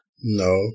No